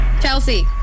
Chelsea